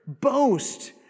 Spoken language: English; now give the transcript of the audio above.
boast